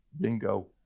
Bingo